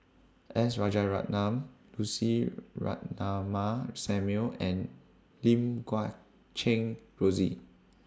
S Rajaratnam Lucy Ratnammah Samuel and Lim Guat Kheng Rosie